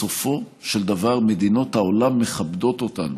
בסופו של דבר מדינות העולם מכבדות אותנו,